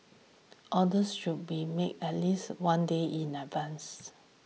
orders should be made at least one day in advance